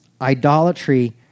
idolatry